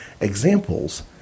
examples